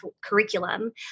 curriculum